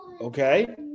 Okay